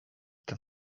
ten